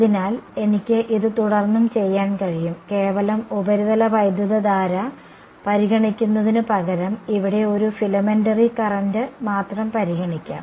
അതിനാൽ എനിക്ക് ഇത് തുടർന്നും ചെയ്യാൻ കഴിയും കേവലം ഉപരിതല വൈദ്യുതധാര പരിഗണിക്കുന്നതിനുപകരം ഇവിടെ ഒരു ഫിലമെന്ററി കറന്റ് മാത്രം പരിഗണിക്കാം